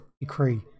decree